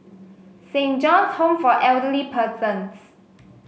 Saint John's Home for Elderly Persons